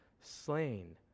slain